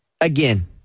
again